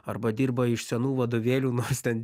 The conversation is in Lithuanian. arba dirba iš senų vadovėlių nors ten